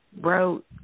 wrote